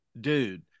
Dude